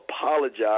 apologize